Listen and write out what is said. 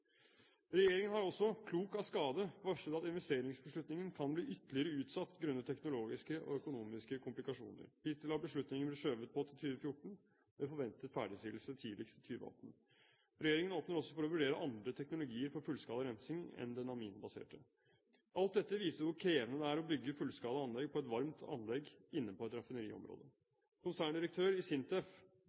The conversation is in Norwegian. Regjeringen har også, klok av skade, varslet at investeringsbeslutningen kan bli ytterligere utsatt grunnet teknologiske og økonomiske komplikasjoner. Hittil har beslutningen blitt skjøvet på til 2014, med forventet ferdigstillelse tidligst i 2018. Regjeringen åpner også for å vurdere andre teknologier for fullskala rensing enn den aminbaserte. Alt dette viser hvor krevende det er å bygge et fullskala anlegg på et varmt anlegg inne på et raffineriområde. Konserndirektør i SINTEF,